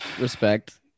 Respect